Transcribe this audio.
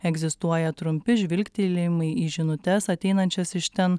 egzistuoja trumpi žvilgtelėjimai į žinutes ateinančias iš ten